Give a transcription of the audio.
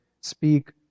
speak